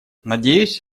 надеюсь